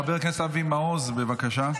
חבר הכנסת אבי מעוז, בבקשה.